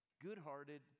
Good-hearted